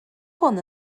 hwn